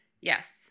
Yes